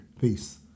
Peace